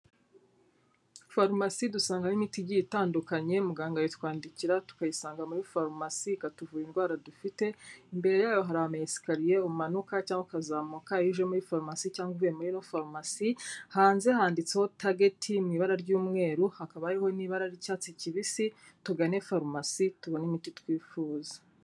Farumasi dusangamo imiti igiye itandukanye, muganga ayitwandikira tukayisanga muri farumasi, ikatuvura indwara dufite. Imbere yayo hari ama esikariye umanuka cyangwa ukazamuka, iyo uje muri farumasi cyangwa uvuye muri ino farumasi. Hanze handitseho tageti mu ibara ry'umweru, hakaba hariho n'ibara ry'icyatsi kibisi; tugane farumasi tubone imiti twifuza.